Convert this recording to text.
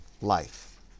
life